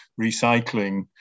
recycling